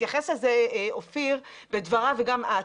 התייחס לזה אופיר בדבריו וגם את.